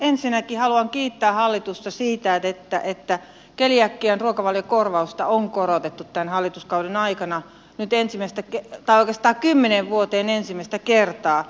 ensinnäkin haluan kiittää hallitusta siitä että keliakian ruokavaliokorvausta on korotettu tämän hallituskauden aikana oikeastaan kymmeneen vuoteen ensimmäistä kertaa